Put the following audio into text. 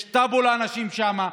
יש טאבו לאנשים שם.